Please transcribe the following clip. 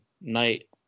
night